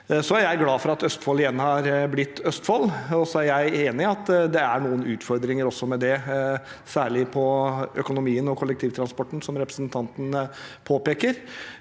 Jeg er glad for at Østfold igjen har blitt Østfold, og så er jeg enig i at det er noen utfordringer med det, særlig på økonomien og kollektivtransporten, som representanten påpeker.